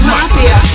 Mafia